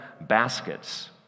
baskets